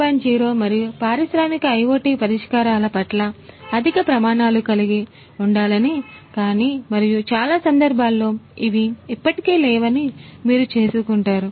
0 మరియు పారిశ్రామిక IoT పరిష్కారాల పట్ల అధిక ప్రమాణాలు కలిగి ఉండాలని కానీ మరియు చాలా సందర్భాల్లో అవి ఇప్పటికే లేవని మీరు చేసుకుంటారు